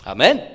Amen